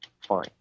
Fine